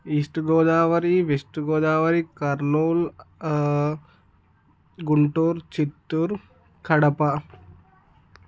east Godavari west Godavari Kurnool Guntur Chittoor Kadapa